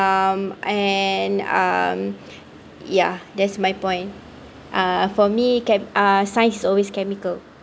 um and um ya that's my point uh for me che~ science is always chemical